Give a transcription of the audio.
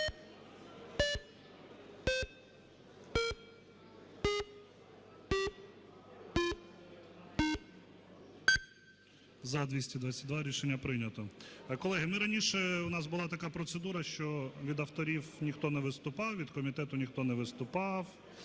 За-222 Рішення прийнято. Колеги, ми раніше, у нас була така процедура, що від авторів ніхто не виступав, від комітету ніхто не виступав,